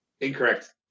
Incorrect